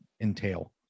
entail